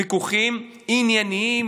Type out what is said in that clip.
עליהם ויכוחים ענייניים,